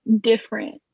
different